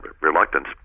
reluctance